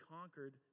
conquered